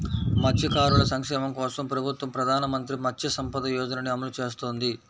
మత్స్యకారుల సంక్షేమం కోసం ప్రభుత్వం ప్రధాన మంత్రి మత్స్య సంపద యోజనని అమలు చేస్తోంది